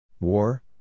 War